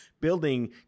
building